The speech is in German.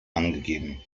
angegeben